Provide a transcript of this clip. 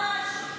ממש.